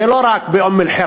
זה לא רק באום-אלחיראן,